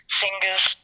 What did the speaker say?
singers